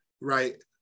right